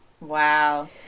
Wow